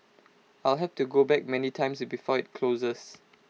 I'll have to go back many times before IT closes